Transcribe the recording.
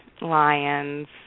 lions